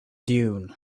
dune